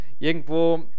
Irgendwo